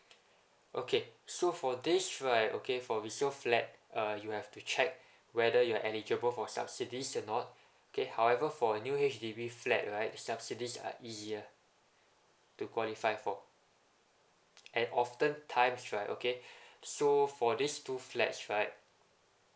okay so for this right okay for resale flat uh you have to check whether you are eligible for subsidies or not okay however for a new H_D_B flat right subsidies are easier to qualify for and often times right okay so for these two flags right